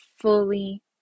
fully